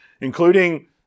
including